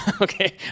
Okay